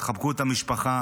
תחבקו את המשפחה.